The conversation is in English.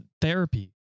therapy